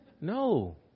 No